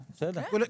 נו, בסדר.